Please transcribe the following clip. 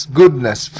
goodness